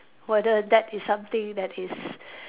whether that is something that is